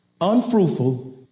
unfruitful